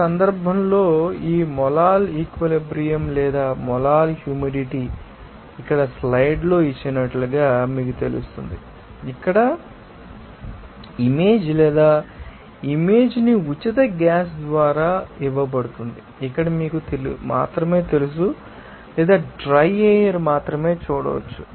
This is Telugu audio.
ఈ సందర్భంలో ఈ మోలాల్ ఈక్విలిబ్రియం లేదా మోలాల్ హ్యూమిడిటీ ఇక్కడ స్లైడ్లలో ఇచ్చినట్లుగా మీకు తెలుస్తుంది ఇక్కడ ఇమేజ్ లేదా ఇమేజ్ ని ఉచిత గ్యాస్ ద్వారా ఇవ్వబడుతుంది ఇక్కడ మీకు మాత్రమే తెలుసు లేదా డ్రై ఎయిర్ మాత్రమే చూడవచ్చు